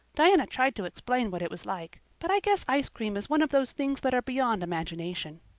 diana tried to explain what it was like, but i guess ice cream is one of those things that are beyond imagination.